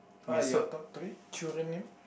what are your top three children name